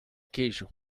queijo